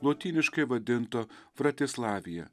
lotyniškai vadinto fratislavija